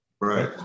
Right